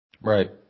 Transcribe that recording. Right